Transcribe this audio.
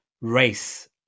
race